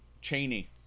Cheney